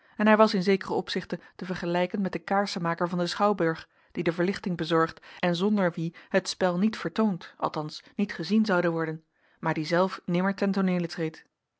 en hij was in zekere opzichten te vergelijken met den kaarsenmaker van den schouwburg die de verlichting bezorgt en zonder wien het spel niet vertoond althans niet gezien zoude worden maar die zelf nimmer ten tooneele